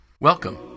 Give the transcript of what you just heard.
Welcome